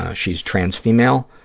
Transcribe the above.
ah she's trans female.